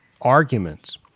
arguments